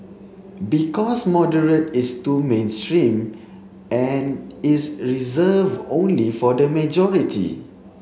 because moderate is too mainstream and is reserved only for the majority